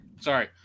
Sorry